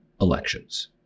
elections